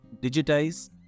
digitize